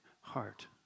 heart